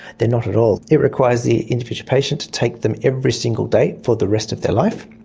they are not at all. it requires the individual patient to take them every single day for the rest of their life.